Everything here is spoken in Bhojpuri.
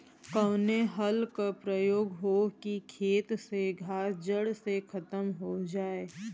कवने हल क प्रयोग हो कि खेत से घास जड़ से खतम हो जाए?